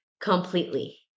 completely